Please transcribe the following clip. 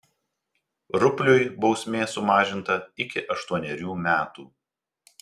rupliui bausmė sumažinta iki aštuonerių metų